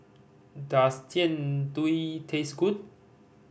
does Jian Dui taste good